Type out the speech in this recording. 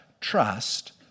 trust